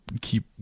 keep